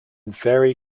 very